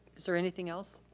is there anything else?